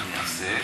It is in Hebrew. אני אעשה,